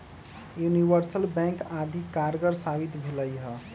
universal bank अधिक कारगर साबित भेलइ ह